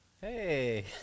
Hey